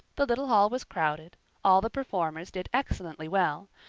the little hall was crowded all the performers did excellently well,